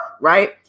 Right